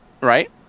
Right